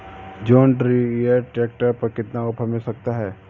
John Deere tractor पर कितना offer मिल सकता है?